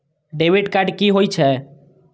Debit card कि होई छै?